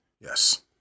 Yes